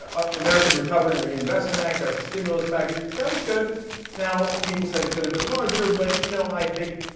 ah ah american recovery and reinvestment act that's a stimulus package that was good now and people said it could have been larger but you know i think